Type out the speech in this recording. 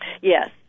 Yes